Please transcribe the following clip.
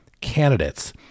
candidates